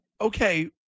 Okay